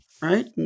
Right